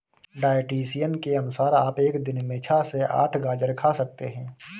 dietitian के अनुसार आप एक दिन में छह से आठ गाजर खा सकते हैं